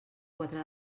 quatre